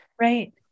Right